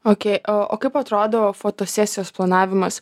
okei o o kaip atrodo fotosesijos planavimas